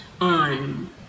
on